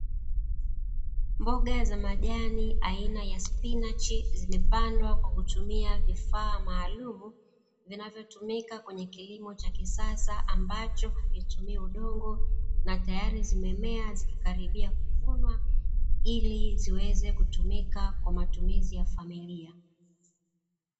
Mboga za majani aina ya spinachi zimepandwa kwa kutumia vifaa maalumu, vinavyotumika kwenye kilimo cha kisasa ambacho hutumiwa udongo na tayari zimemea zilikaribia kufunwa ili ziweze kutumika kwa matumizi ya familia